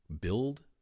build